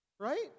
Right